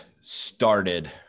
started